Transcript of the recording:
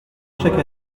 chaque